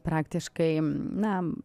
praktiškai na